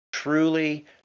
truly